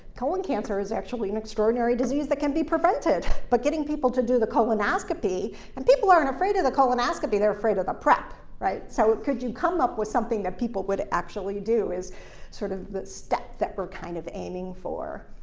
colon cancer is actually an extraordinary disease that can be prevented, but getting people to do the colonoscopy and people aren't afraid of the colonoscopy, they're afraid of the prep, right? so could you come up with something that people would actually do is sort of the step that we're kind of aiming for.